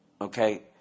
Okay